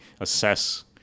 assess